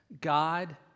God